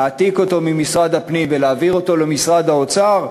להעתיק אותו ממשרד הפנים ולהעביר אותו למשרד האוצר,